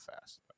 fast